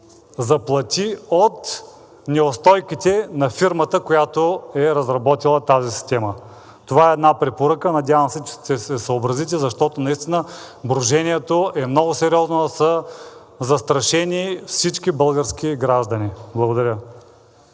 заплати от неустойките на фирмата, която е разработила тази система. Това е една препоръка. Надявам се, че ще се съобразите, защото наистина брожението е много сериозно и са застрашени всички български граждани. Благодаря.